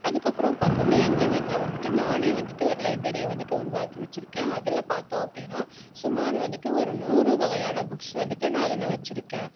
அதுக்கு அப்புறம் பார்த்தோன்னா எங்கள் வீட்டில் வந்துகிட்டு நானே வந்துகிட்டு ஒரு லைப்ரரி வந்துகிட்டு உருவாக்கி வச்சுருக்கேன் அதில் பார்த்தோம் அப்படின்னா சுமார் வந்துகிட்டு ஒரு நூறு வகையான புக்ஸ் வந்துகிட்டு நான் அதில் வச்சுருக்கேன்